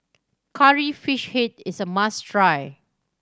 Curry Fish Head is a must try